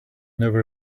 never